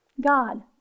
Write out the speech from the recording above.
God